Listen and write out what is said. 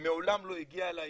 'מעולם לא הגיע אלי